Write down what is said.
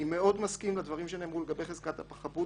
אני מאוד מסכים לדברים שנאמרו לגבי חזקת החפות